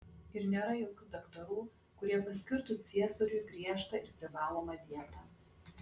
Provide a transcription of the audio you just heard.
ir nėra jokių daktarų kurie paskirtų ciesoriui griežtą ir privalomą dietą